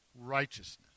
righteousness